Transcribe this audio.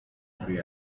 free